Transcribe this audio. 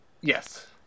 Yes